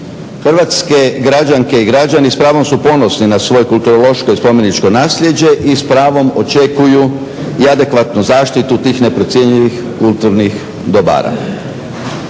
Hrvatske građanke i građani s pravom su ponosni na svoje kulturološko i spomeničko naslijeđe i s pravom očekuju i adekvatnu zaštitu tih neprocjenjivih kulturnih dobara.